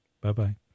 Bye-bye